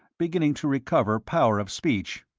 beginning to recover power of speech.